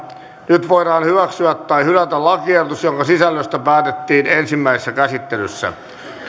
nyt voidaan hyväksyä tai hylätä lakiehdotus jonka sisällöstä päätettiin ensimmäisessä käsittelyssä